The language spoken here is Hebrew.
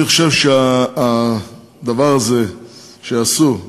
אני חושב שהדבר הזה שעשו הוא מבורך.